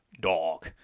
dog